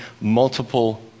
multiple